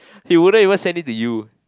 he wouldn't even send it to you